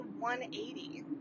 180